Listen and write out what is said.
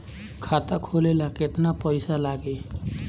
खाता खोले ला केतना पइसा लागी?